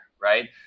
right